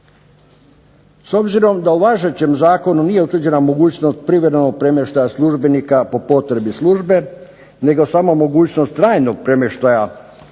S obzirom da u važećem zakonu nije utvrđena mogućnost privremenog premještaja službenika po potrebi službe, nego samo mogućnost trajnog premještaja što